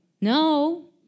no